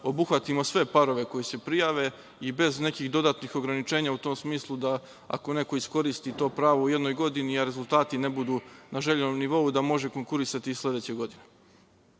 obuhvatimo sve parove koji se prijave i bez nekih dodatnih ograničenja u tom smislu da ako neko iskoristi to pravo u jednoj godini a rezultati ne budu na željenom nivou, da može konkurisati i sledeće godine. Jako